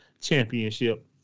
championship